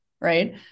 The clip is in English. right